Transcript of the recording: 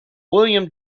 william